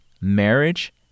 marriage